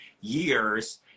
years